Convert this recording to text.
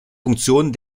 funktion